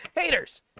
haters